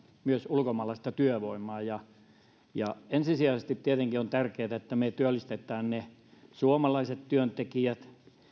myös ulkomaalaista työvoimaa ensisijaisesti tietenkin on tärkeätä että me työllistämme ne suomalaiset työntekijät